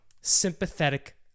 Sympathetic